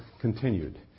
continued